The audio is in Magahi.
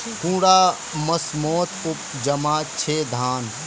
कुंडा मोसमोत उपजाम छै धान?